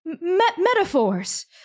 metaphors